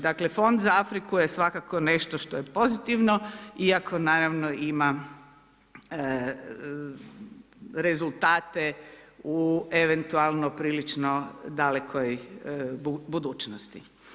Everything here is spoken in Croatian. Dakle, fond za Afriku je svakako nešto što je pozitivno iako naravno ima rezultate u eventualno prilično dalekoj budućnosti.